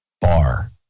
bar